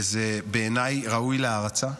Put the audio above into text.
וזה בעיניי ראוי להערצה.